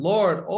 Lord